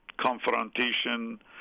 confrontation